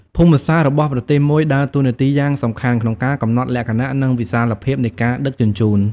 ភូមិសាស្ត្ររបស់ប្រទេសមួយដើរតួនាទីយ៉ាងសំខាន់ក្នុងការកំណត់លក្ខណៈ និងវិសាលភាពនៃការដឹកជញ្ជូន។